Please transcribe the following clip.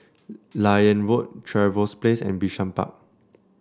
Liane Road Trevose Place and Bishan Park